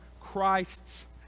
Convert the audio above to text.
Christ's